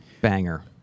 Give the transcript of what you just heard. Banger